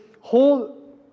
whole